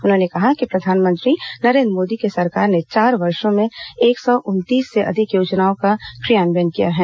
उन्होंने कहा कि प्रधानमंत्री नरेन्द्र मोदी की सरकार ने चार वर्षो में एक सौ उनतीस से अधिक योजनाओं का क्रियान्वयन किया है